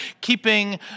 keeping